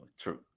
true